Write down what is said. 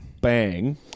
bang